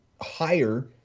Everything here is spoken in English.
higher